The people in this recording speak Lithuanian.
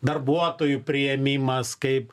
darbuotojų priėmimas kaip